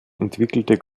entwickelte